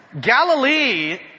Galilee